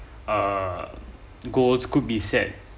uh goods could be said